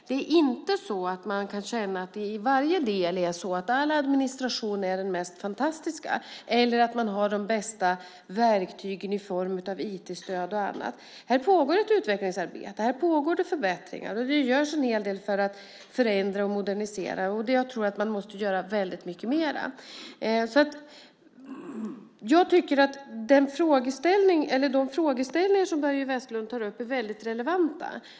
Det är inte så att man kan känna att det i varje del är så att all administration är den mest fantastiska eller att man har de bästa verktygen i form av IT-stöd och annat. Här pågår ett utvecklingsarbete. Här pågår förbättringar. Det görs en hel del för att förändra och modernisera. Jag tror att man måste göra väldigt mycket mer. Jag tycker att de frågeställningar som Börje Vestlund tar upp är väldigt relevanta.